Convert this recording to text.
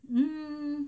mm